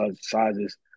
sizes